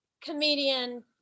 comedian